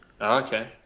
Okay